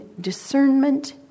discernment